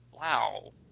Wow